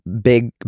big